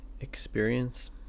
experience